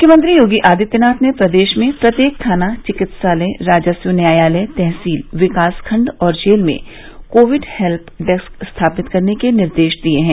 मुख्यमंत्री योगी आदित्यनाथ ने प्रदेश में प्रत्येक थाना चिकित्सालय राजस्व न्यायालय तहसील विकासखंड और जेल में कोविड हेल्य डेस्क स्थापित करने के निर्देश दिये हैं